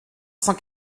cent